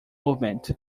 movement